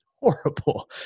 horrible